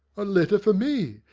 a letter for me!